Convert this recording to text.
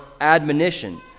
admonition